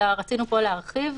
אלא רצינו פה להרחיב,